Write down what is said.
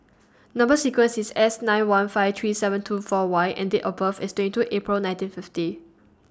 Number sequence IS S nine one five three seven two four Y and Date of birth IS twenty two April nineteen fifty